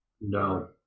No